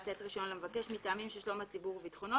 לתת רישיון למבקש מטעמים של שלום הציבור וביטחונו,